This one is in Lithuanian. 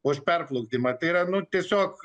už perplukdymą tai yra nu tiesiog